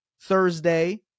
Thursday